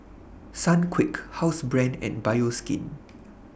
Sunquick Housebrand and Bioskin